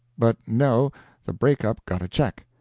but no the break-up got a check.